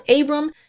Abram